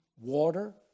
water